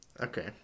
Okay